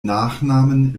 nachnamen